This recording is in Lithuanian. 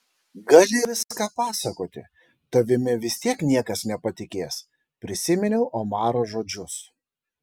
gali viską pasakoti tavimi vis tiek niekas nepatikės prisiminiau omaro žodžius